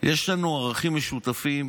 יש לנו ערכים משותפים,